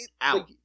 out